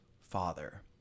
father